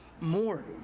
more